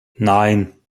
nein